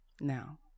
now